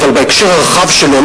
אבל בהקשר הרחב שלו,